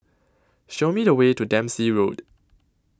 Show Me The Way to Dempsey Road